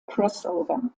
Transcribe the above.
crossover